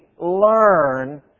learn